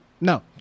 No